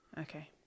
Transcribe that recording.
okay